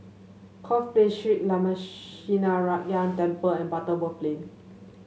Corfe Place Shree Lakshminarayanan Temple and Butterworth Lane